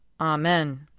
Amen